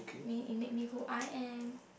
I mean it made me who I am